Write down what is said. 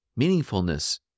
Meaningfulness